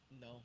No